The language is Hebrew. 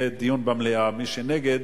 דיון במליאה, מי שנגד,